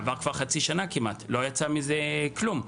עברה כבר כמעט חצי שנה ולא יצא מזה כלום.